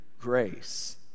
grace